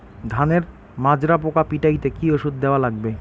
ধানের মাজরা পোকা পিটাইতে কি ওষুধ দেওয়া লাগবে?